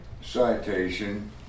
citation